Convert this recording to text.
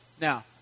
Now